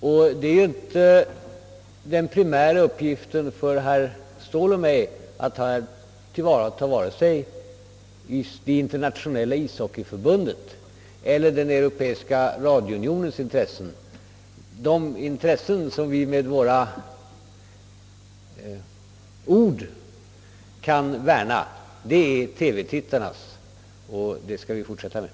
Vad det i första hand gäller för både herr Ståhl och mig är emellertid inte att ta till vara vare sig Internationella - Ishockeyförbundets = eller Europeiska HRadiounionens intressen. De intressen som vi med våra ord kan värna är TV-tittarnas, och det skall vi fortsätta med.